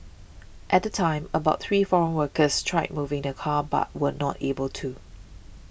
at the time about three foreign workers tried moving the car but were not able to